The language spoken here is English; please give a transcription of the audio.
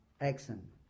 Action